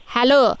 Hello